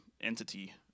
entity